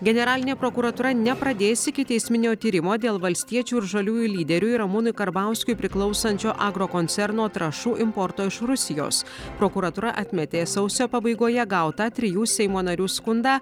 generalinė prokuratūra nepradės ikiteisminio tyrimo dėl valstiečių ir žaliųjų lyderiui ramūnui karbauskiui priklausančio agrokoncerno trąšų importo iš rusijos prokuratūra atmetė sausio pabaigoje gautą trijų seimo narių skundą